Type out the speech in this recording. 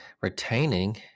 Retaining